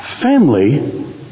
Family